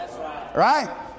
Right